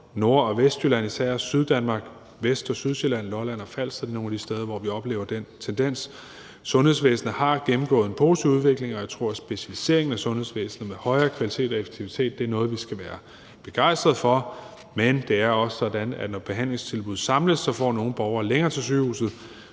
Nord- og Vestjylland, Syddanmark, Vest- og Sydsjælland, Lolland og Falster er nogle af de steder, hvor vi oplever den tendens. Sundhedsvæsenet har gennemgået en positiv udvikling, og jeg tror også, at specialiseringen af sundhedsvæsenet med højere effektivitet og kvalitet er noget, vi skal være begejstret for, men det er også sådan, at når behandlingstilbud samles, så får nogle borgere længere til sygehuset,